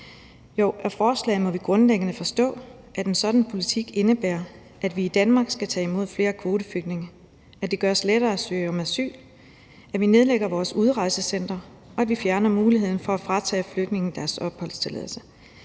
Jo, af forslaget må vi grundlæggende forstå, at en sådan politik indebærer, at vi i Danmark skal tage imod flere kvoteflygtninge, at det gøres lettere at søge om asyl, at vi nedlægger vores udrejsecentre, og at vi fjerner muligheden for at fratage flygtninge deres opholdstilladelse.